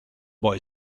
boy